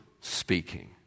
speaking